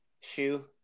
Shoe